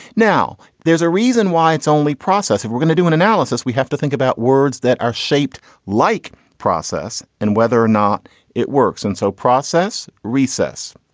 now there's a reason why it's only process. if we're gonna do an analysis, we have to think about words that are shaped like process and whether or not it works. and so process recess,